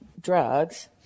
drugs